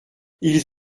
ils